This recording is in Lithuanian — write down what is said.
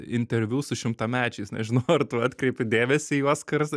interviu su šimtamečiais nežinau ar tu atkreipi dėmesį į juos karts